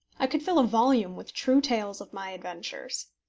i could fill a volume with true tales of my adventures.